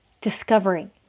discovering